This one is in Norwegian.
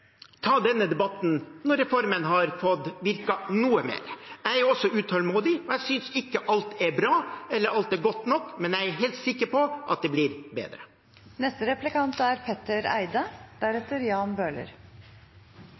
ta denne debatten når reformen har fått virke noe mer. Jeg er også utålmodig, og jeg synes ikke alt er bra eller godt nok, men jeg er helt sikker på at det blir bedre. Jeg synes nesten synd på justisministeren. Han får mye kritikk nå, og her kommer også min. Det er